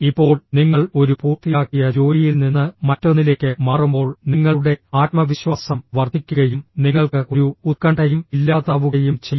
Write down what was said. ഇപ്പോൾ നിങ്ങൾ ഒരു പൂർത്തിയാക്കിയ ജോലിയിൽ നിന്ന് മറ്റൊന്നിലേക്ക് മാറുമ്പോൾ നിങ്ങളുടെ ആത്മവിശ്വാസം വർദ്ധിക്കുകയും നിങ്ങൾക്ക് ഒരു ഉത്കണ്ഠയും ഇല്ലാതാവുകയും ചെയ്യും